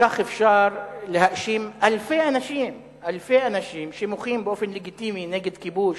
כך אפשר להאשים אלפי אנשים שמוחים באופן לגיטימי נגד כיבוש,